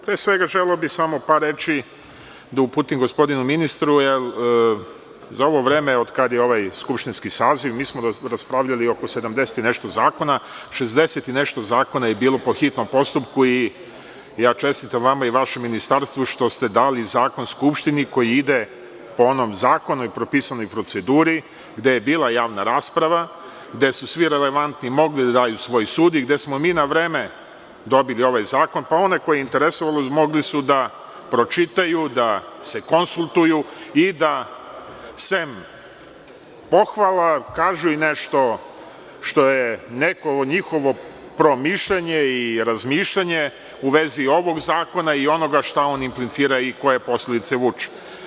Pre svega, želeo bih samo par reči da uputim gospodinu ministru, jer za ovo vreme od kada je ovaj skupštinski saziv, mi smo raspravljali oko 70 i nešto zakona, 60 i nešto zakona je bilo po hitnom postupku i ja čestitam vama i vašem ministarstvu što ste dali zakon Skupštini koji ide po zakonu i propisanoj proceduri gde je bila javna rasprava, gde su svi relevantni mogli da daju svoj sud i gde smo mi na vreme dobili ovaj zakon, pa one koje je interesovalo mogli su da pročitaju, da se konsultuju i da, sem pohvala, kažu i nešto što je neko njihovo mišljanje i razmišljanje u vezi ovog zakona i onoga šta on implicira i koje posledice vuče.